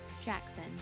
Jackson